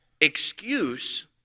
excuse